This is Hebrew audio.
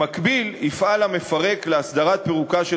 במקביל יפעל המפרק להסדרת פירוקה של